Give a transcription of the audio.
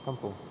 kampung